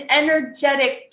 energetic